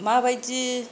माबायदि